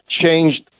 changed